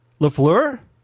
Lafleur